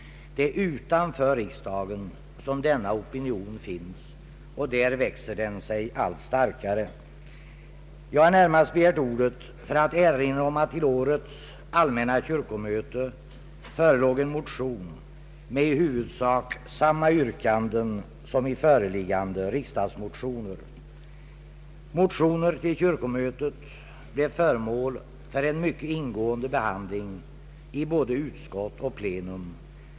Det är utanför riksdagen som denna opinion finns, och där växer den sig allt starkare. Jag har begärt ordet närmast för att erinra om att vid årets allmänna kyrkomöte väcktes en motion med i huvudsak samma yrkande som i föreliggande riksdagsmotioner. Motionen till kyrkomötet blev föremål för mycket ingående behandling i både utskott och plenum.